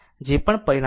જે પણ પરિણામ મળે